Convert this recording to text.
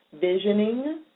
visioning